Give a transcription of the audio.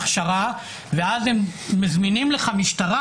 ואז הם מזמינים לך משטרה,